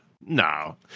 No